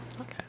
Okay